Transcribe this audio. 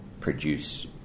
produce